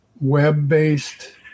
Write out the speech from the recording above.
web-based